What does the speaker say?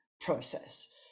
process